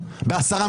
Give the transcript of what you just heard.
בין אם הוא אזרח,